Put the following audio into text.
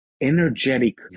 energetic